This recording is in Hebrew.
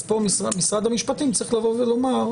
אז פה משרד המשפטים צריך לבוא ולומר: